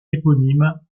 éponyme